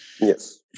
Yes